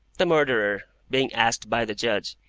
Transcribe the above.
the murderer, being asked by the judge,